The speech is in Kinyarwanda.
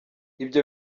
ibyo